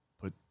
put